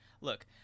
look